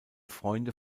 freunde